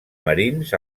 marins